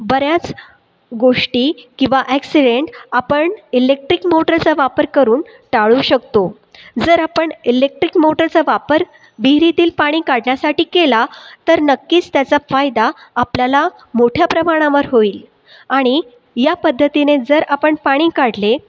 बऱ्याच गोष्टी किंवा ॲक्सिडेंट आपण इलेक्ट्रिक मोटरचा वापर करून टाळू शकतो जर आपण इलेक्ट्रिक मोटरचा वापर विहिरीतील पाणी काढण्यासाठी केला तर नक्कीच त्याचा फायदा आपल्याला मोठ्या प्रमाणावर होईल आणि या पद्धतीने जर आपण पाणी काढले